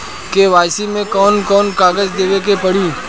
KYC मे कौन कौन कागज देवे के पड़ी?